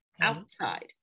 outside